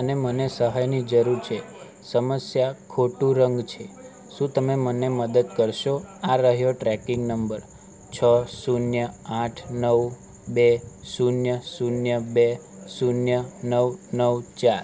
અને મને સહાયની જરૂર છે સમસ્યા ખોટું રંગ છે શું તમે મને મદદ કરશો આ રહ્યો ટ્રેકિંગ નંબર છ શૂન્ય આઠ નવ બે શૂન્ય શૂન્ય બે શૂન્ય નવ નવ ચાર